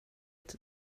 ett